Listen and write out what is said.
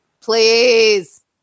please